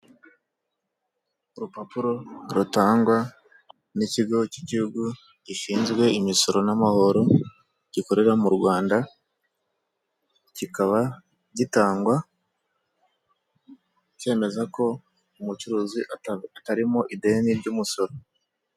Urupapuro rutangwa n'ikigo cy'igihugu gishinzwe imisoro n'amahoro gikorera mu Rwanda, kikaba gitangwa, cyemeza ko umucuruzi atarimo ideni ry'umusoro.